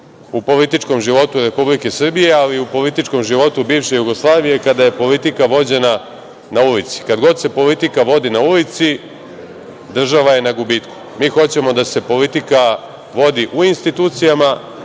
u političkom životu Republike Srbije, ali i u političkom životu bivše Jugoslavije kada je politika vođena na ulici. Kad god se politika vodi na ulici, država je na gubitku. Mi hoćemo da se politika vodi u institucijama,